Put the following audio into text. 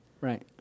Right